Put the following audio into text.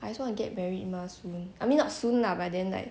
I just wanna get married mah soon I mean not soon lah but then like